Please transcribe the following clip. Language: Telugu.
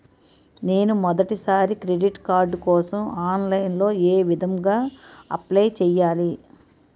నేను మొదటిసారి క్రెడిట్ కార్డ్ కోసం ఆన్లైన్ లో ఏ విధంగా అప్లై చేయాలి?